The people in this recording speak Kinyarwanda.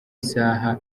isaha